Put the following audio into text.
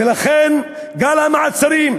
ולכן גל המעצרים,